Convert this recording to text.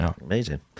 amazing